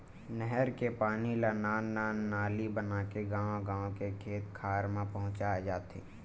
नहर के पानी ल नान नान नाली बनाके गाँव गाँव के खेत खार म पहुंचाए जाथे